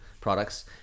products